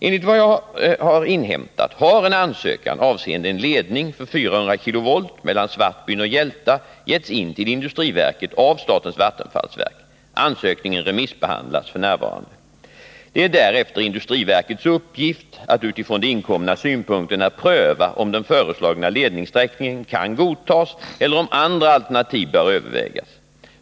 Enligt vad jag har inhämtat har en ansökan avseende en ledning för 400 kV mellan Svartbyn och Hjälta getts in till industriverket av statens vattenfallsverk. Ansökningen remissbehandlas f. n. Det är därefter industriverkets uppgift att utifrån de inkomna synpunkterna pröva om den föreslagna ledningssträckningen kan godtas eller om andra alternativ bör övervägas.